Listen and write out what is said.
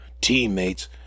teammates